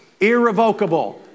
Irrevocable